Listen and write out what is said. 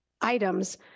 items